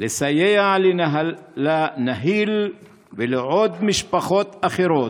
לסייע לנהיל ולעוד משפחות אחרות